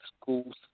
schools